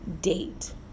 date